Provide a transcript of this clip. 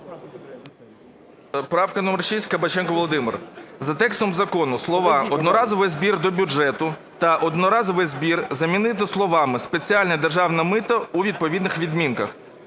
Правка номер 6, Кабаченко Володимир. За текстом закону слова "одноразовий збір до бюджету" та "одноразовий збір" замінити словами "спеціальне державне мито" у відповідних відмінках.